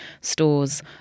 stores